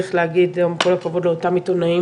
צריך להגיד גם כל הכבוד לאותם עיתונאים